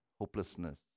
hopelessness